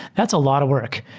that's a lot of work.